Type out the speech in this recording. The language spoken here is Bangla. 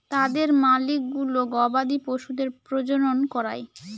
তাদের মালিকগুলো গবাদি পশুদের প্রজনন করায়